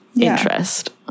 interest